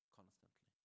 constantly